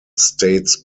states